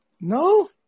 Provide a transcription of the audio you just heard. no